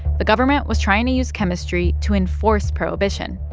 the government was trying to use chemistry to enforce prohibition,